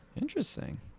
Interesting